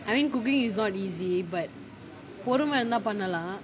I mean cooking is not easy but பொறுமை இருந்த பண்ணலாம்:porumai iruntha pannalaam